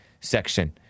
section